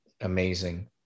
amazing